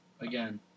Again